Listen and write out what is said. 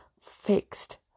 fixed